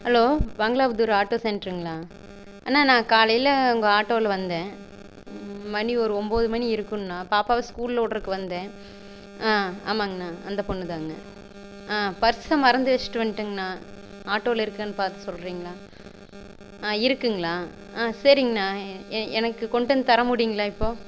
hello வங்களா Pudur auto சென்டர்ங்களா அண்ணா நான் காலையில உங்கள் ஆட்டோவில் வந்தேன் மணி ஒரு ஒம்பது மணி இருக்குண்ணா பாப்பாவை ஸ்கூல்லவிட்றக்கு வந்தேன் ஆமாங்கண்ணா அந்த பொண்ணு தாங்கண்ணா பர்ஸை மறந்து வச்சிட்டு வந்டேங்கண்ணா ஆட்டோவில் இருக்கன் பார்த்து சொல்லுறீங்களா இருக்குங்களா சரிங்கண்ணா எனக் எனக்கு கொண்டந்து தர முடியும்ங்களா இப்போ